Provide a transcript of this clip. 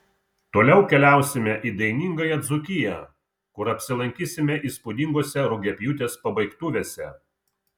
toliau keliausime į dainingąją dzūkiją kur apsilankysime įspūdingose rugiapjūtės pabaigtuvėse